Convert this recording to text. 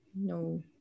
no